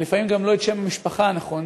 ולפעמים גם לא את שם המשפחה הנכון,